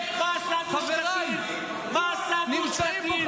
חבר הכנסת קריב, אני רוצה לשאול אותך שאלה.